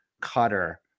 Cutter